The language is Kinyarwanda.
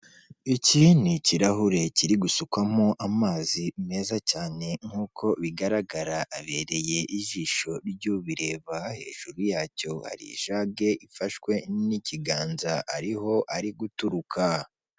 Iki ni ikirahure kiri gusukwamo amazi meza cyane, nk'uko bigaragara abereye ijisho ry'ubireba, hejuru yacyo hari ijage ifashwe n'ikiganza, ariho ari guturuka.